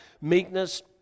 meekness